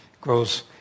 grows